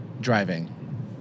driving